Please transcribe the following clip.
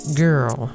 girl